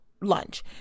lunch